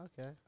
Okay